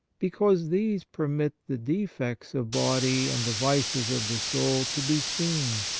because these permit the defects of body and the vices of the soul to be seen,